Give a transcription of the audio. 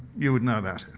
you would know it.